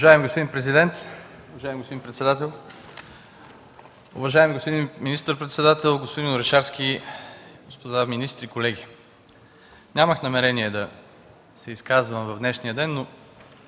Уважаеми господин президент, уважаеми господин председател, уважаеми господин министър-председател, господин Орешарски, господа министри, колеги! Нямах намерение да се изказвам в днешния ден, но